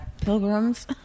Pilgrims